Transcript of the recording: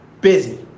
busy